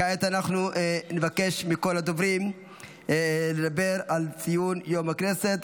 כעת אנחנו נבקש מכל הדוברים לדבר על ציון יום הנגב.